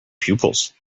pupils